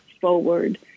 forward